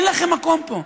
אין לכם מקום פה.